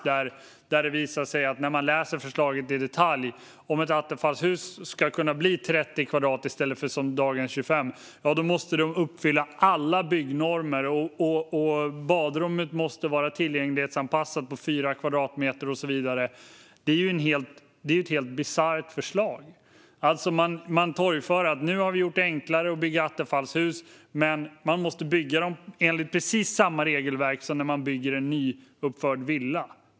När man läser förslaget i detalj visar det sig att om ett attefallshus ska kunna bli 30 kvadratmeter i stället för som dagens 25 kvadratmeter måste alla byggnormer uppfyllas. Badrummet måste vara tillgänglighetsanpassat på fyra kvadratmeter och så vidare. Det är ett helt bisarrt förslag. Man torgför alltså att man har gjort det enklare att bygga attefallshus. Men det måste byggas enligt precis samma regelverk som för en nyuppförd villa.